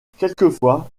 quelquefois